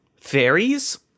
fairies